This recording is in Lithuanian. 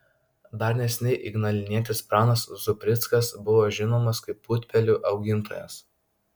dar neseniai ignalinietis pranas zubrickas buvo žinomas kaip putpelių augintojas